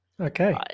Okay